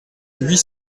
huit